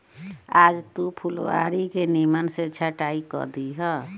आज तू फुलवारी के निमन से छटाई कअ दिहअ